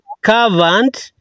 covered